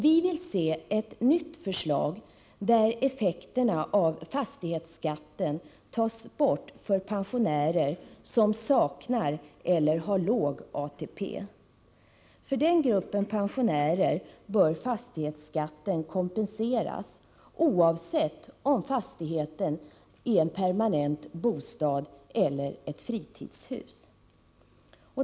Vi vill se ett nytt förslag där effekterna av fastighetsskatten tas bort för pensionärer som saknar eller har låg ATP. För denna grupp pensionärer bör fastighetsskatten kompenseras, oavsett om fastigheten är en permanent bostad eller ett fritidshus.